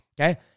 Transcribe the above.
okay